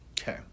Okay